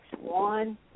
one